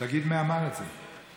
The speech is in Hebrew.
תגיד מי אמר את זה: